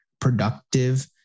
productive